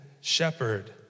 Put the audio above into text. shepherd